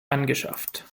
angeschafft